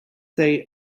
say